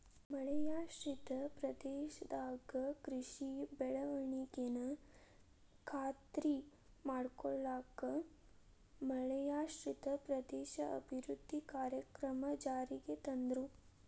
ಮಳೆಯಾಶ್ರಿತ ಪ್ರದೇಶದಾಗ ಕೃಷಿ ಬೆಳವಣಿಗೆನ ಖಾತ್ರಿ ಮಾಡ್ಕೊಳ್ಳಾಕ ಮಳೆಯಾಶ್ರಿತ ಪ್ರದೇಶ ಅಭಿವೃದ್ಧಿ ಕಾರ್ಯಕ್ರಮ ಜಾರಿಗೆ ತಂದ್ರು